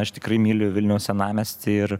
aš tikrai myliu vilniaus senamiestį ir